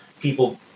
people